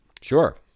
Sure